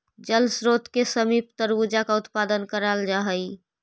जल स्रोत के समीप तरबूजा का उत्पादन कराल जा हई